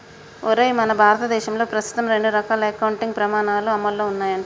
ఒరేయ్ మన భారతదేశంలో ప్రస్తుతం రెండు రకాల అకౌంటింగ్ పమాణాలు అమల్లో ఉన్నాయంట